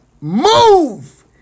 move